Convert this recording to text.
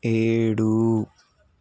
ఏడు